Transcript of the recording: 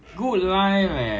他们 err err